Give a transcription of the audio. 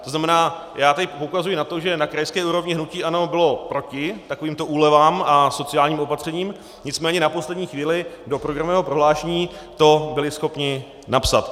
To znamená, já tady poukazuji na to, že na krajské úrovni hnutí ANO bylo proti takovýmto úlevám a sociálním opatřením, nicméně na poslední chvíli do programového prohlášení to byli schopni napsat.